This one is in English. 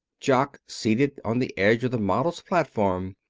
jock, seated on the edge of the models' platform,